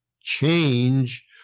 change